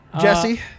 Jesse